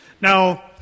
Now